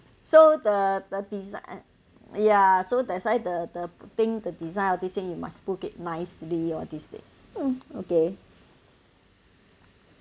so the the design ya so that's why the the thing the design all these thing you must put it nicely all these day mm okay